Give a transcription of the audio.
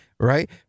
Right